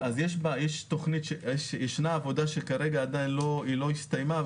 יש עבודה שעדיין לא הסתיימה,